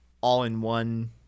all-in-one